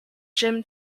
jim